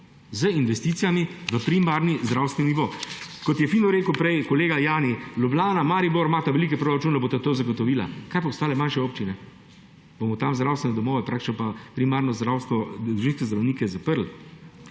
z investicijami v primarni zdravstveni nivo? Kot je fino rekel prej kolega Jani, Ljubljana, Maribor imata veliko v proračunu, bosta to zagotovila. Kaj pa ostale manjše občine? Bomo tam zdravstvene domove pa primarno zdravstvo, družinske zdravnike zaprli?